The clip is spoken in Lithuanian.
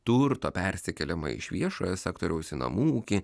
turto persikėlimą iš viešojo sektoriaus į namų ūkį